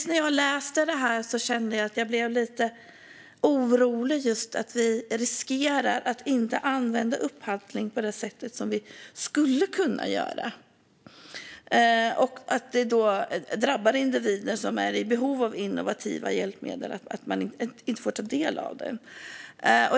När jag läste det här kände jag att jag bitvis blev lite orolig att vi riskerar att inte använda upphandling på det sätt som vi skulle kunna göra och att det då drabbar individer som är i behov av innovativa hjälpmedel men inte får ta del av dem.